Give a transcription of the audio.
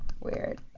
weird